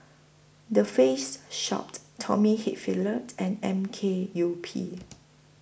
The Face Shop Tommy Hilfiger and M K U P